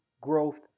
growth